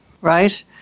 right